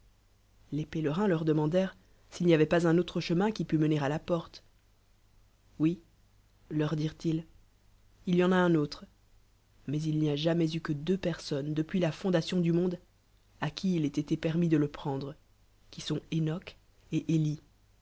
les péaerins leur demandèrent s'il n'y avoit pas un autre chemin qui pt mener à la porte oui leur dirent-ils il y en a lin auti e mais il n'y a jamais eu que deux personnes depuis la fondation du monde à qui il ait été permis de le prendre qui sont enoc et elie